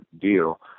deal